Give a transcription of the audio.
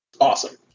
Awesome